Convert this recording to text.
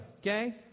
Okay